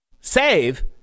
save